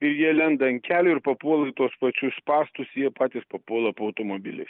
ir jie lenda ant kelių ir papuola į tuos pačius spąstus jie patys papuola po automobiliais